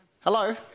Hello